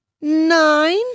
nine